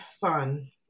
fun